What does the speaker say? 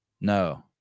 No